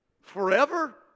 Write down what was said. Forever